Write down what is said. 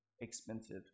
expensive